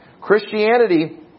Christianity